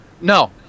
No